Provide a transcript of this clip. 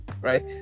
right